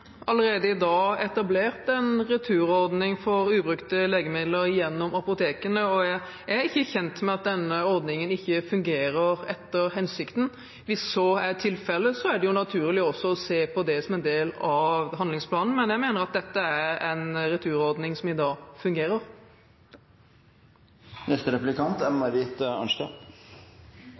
allerede i dag etablert en returordning for ubrukte legemidler gjennom apotekene. Jeg er ikke kjent med at denne ordningen ikke fungerer etter hensikten. Hvis så er tilfellet, er det naturlig å se på dette som en del av handlingsplanen, men jeg mener at dette er en returordning som fungerer i dag.